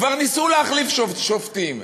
כבר ניסו להחליף שופטים,